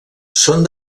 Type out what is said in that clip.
són